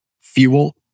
fuel